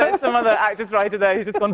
um some other actress writer there just going,